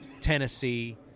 Tennessee